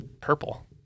Purple